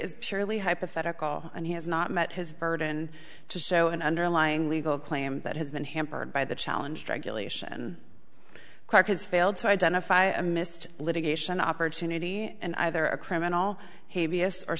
is purely hypothetical and he has not met his burden to show an underlying legal claim that has been hampered by the challenge regulation clark has failed to identify a missed litigation opportunity and either a criminal o